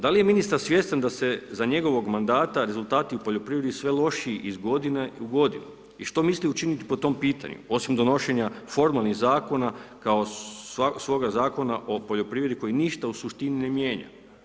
Da li je ministar svjestan da su za njegovog mandata rezultati u poljoprivredi sve lošiji iz godine u godinu i što misle učiniti po tom pitanju osim donošenja formalnih zakona kao svoga Zakona o poljoprivredi koji ništa u suštini ne mijenja?